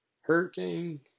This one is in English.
hurricane